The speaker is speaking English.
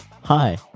Hi